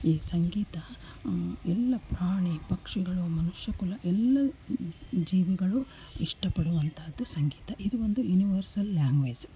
ಈ ಸಂಗೀತ ಎಲ್ಲ ಪ್ರಾಣಿ ಪಕ್ಷಿಗಳು ಮನುಷ್ಯ ಕುಲ ಎಲ್ಲ ಜೀವಿಗಳು ಇಷ್ಟಪಡುವಂತಹದ್ದು ಸಂಗೀತ ಇದು ಒಂದು ಯೂನಿವರ್ಸಲ್ ಲ್ಯಾಂಗ್ವೇಜ್